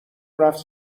رفت